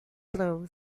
blow